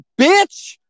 bitch